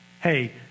hey